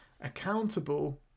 accountable